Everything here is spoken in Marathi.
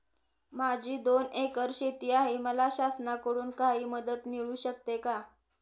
माझी दोन एकर शेती आहे, मला शासनाकडून काही मदत मिळू शकते का?